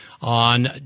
On